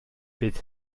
bydd